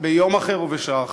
ביום אחר ובשעה אחרת.